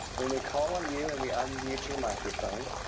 when we call on you and we unmute your microphone,